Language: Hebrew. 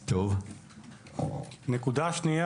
שנית,